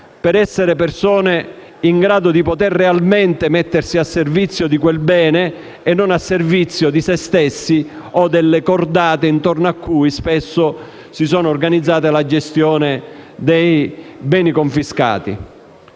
per essere persone in grado di poter realmente mettersi al servizio di quel bene e non di se stessi o delle cordate intorno a cui spesso si è organizzata la gestione dei beni confiscati.